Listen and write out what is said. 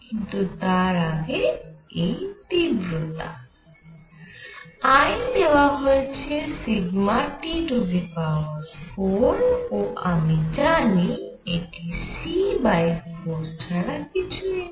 কিন্তু তার আগে এই তীব্রতা I দেওয়া রয়েছে sigma T to the power 4 ও আমরা জানি এটি c বাই 4 u ছাড়া আর কিছুই না